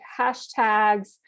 hashtags